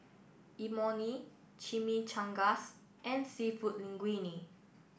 Imoni Chimichangas and Seafood Linguine